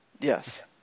Yes